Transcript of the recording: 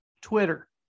Twitter